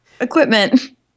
equipment